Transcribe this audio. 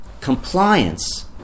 Compliance